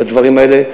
בדברים האלה,